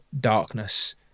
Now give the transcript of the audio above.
darkness